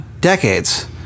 decades